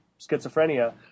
schizophrenia